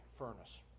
furnace